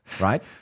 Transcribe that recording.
right